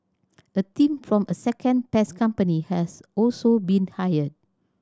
a team from a second pest company has also been hired